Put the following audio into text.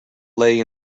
lay